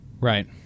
Right